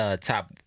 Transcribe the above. top